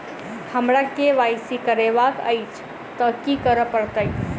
हमरा केँ Y C करेवाक अछि तऽ की करऽ पड़तै?